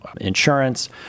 insurance